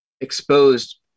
exposed